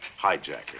hijacker